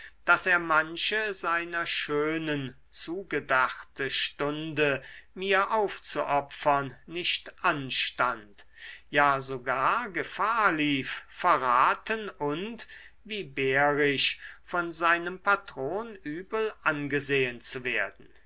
daß er manche seiner schönen zugedachte stunde mir aufzuopfern nicht anstand ja sogar gefahr lief verraten und wie behrisch von seinem patron übel angesehen zu werden